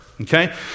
okay